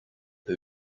who